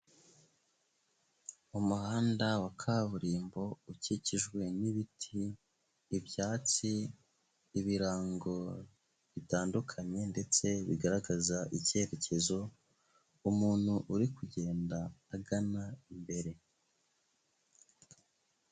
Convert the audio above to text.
Umuhanda wa kaburimbo ukikijwe n'ibiti, ibyatsi, ibirango bitandukanye ndetse bigaragaza icyerekezo, umuntu uri kugenda agana imbere.